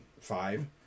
five